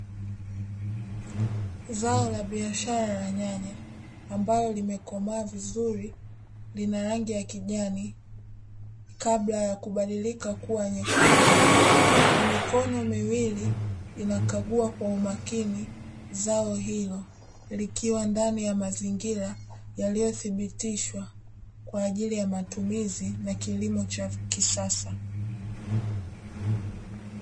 Zao la biashara ya nyanya ambayo limekomaa vizuri lina rangi ya kijani kabla ya kubadilika kua nyekundu, na mikono miwili inakagua kwa umakini zao ilo likiwa ndani ya mazingira yaliyodhibitishwa kwa ajili ya matumizi na kilimo cha kisasa.